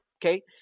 Okay